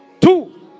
Two